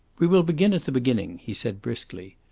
we will begin at the beginning, he said briskly.